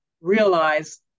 realize